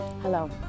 Hello